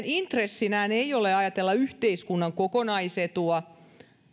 intressinä ei ole ajatella yhteiskunnan kokonaisetua